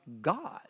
God